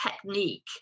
technique